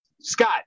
scott